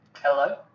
Hello